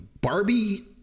Barbie